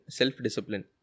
self-discipline